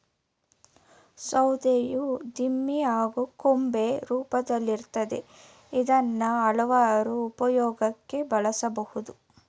ಸೌಧೆಯು ದಿಮ್ಮಿ ಹಾಗೂ ಕೊಂಬೆ ರೂಪ್ದಲ್ಲಿರ್ತದೆ ಇದ್ನ ಹಲ್ವಾರು ಉಪ್ಯೋಗಕ್ಕೆ ಬಳುಸ್ಬೋದು